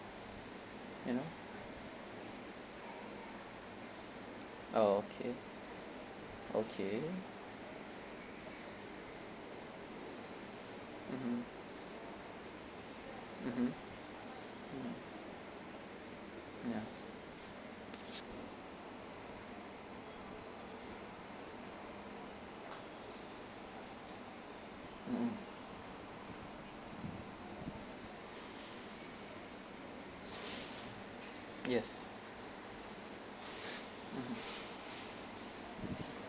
you know oh okay okay mmhmm mmhmm mm ya mmhmm yes mmhmm